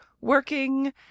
working